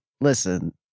listen